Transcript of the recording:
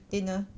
dinner